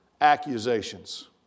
accusations